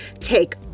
take